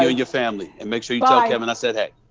ah your family. and make sure you tell kevin i said, hey.